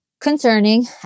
concerning